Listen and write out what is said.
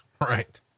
Right